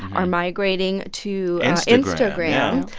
are migrating to. and instagram.